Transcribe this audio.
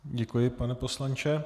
Děkuji, pane poslanče.